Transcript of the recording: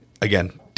again –